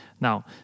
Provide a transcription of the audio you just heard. Now